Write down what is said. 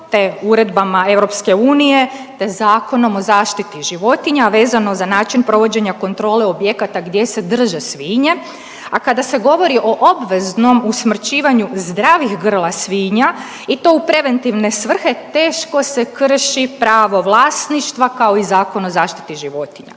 te uredbama EU te Zakonom o zaštiti životinja vezan za način provođenja kontrole objekata gdje se drže svinje. A kada se govori o obveznom usmrćivanju zdravih grla svinja i to u preventivne svrhe, teško se krši pravo vlasništva, kao i Zakon o zaštiti životinja.